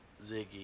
Ziggy